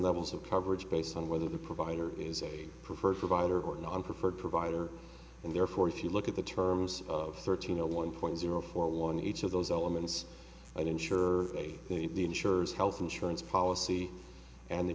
levels of coverage based on whether the provider is a preferred provider or not and preferred provider and therefore if you look at the terms of thirteen zero one point zero four one each of those elements and ensure that the insurers health insurance policy and